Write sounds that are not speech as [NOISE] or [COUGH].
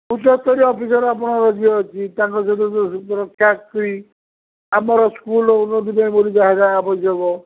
ଉପର ସ୍ତରୀୟ ଅଫିସର୍ ଆପଣଙ୍କର ଯିଏ ଅଛି ତାଙ୍କ ସହିତ ବି ବଡ଼ [UNINTELLIGIBLE] କରି ଆମର ସ୍କୁଲ୍ର ଉନ୍ନତି ପାଇଁ ବୋଲି ଯାହା ଯାହା ଆବଶ୍ୟକ